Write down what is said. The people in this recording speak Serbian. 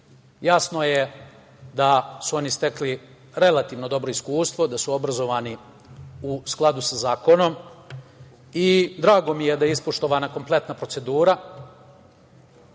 Jasno je da su oni stekli relativno dobro iskustvo, da su obrazovani u skladu sa zakonom. Drago mi je da je ispoštovana kompletna procedura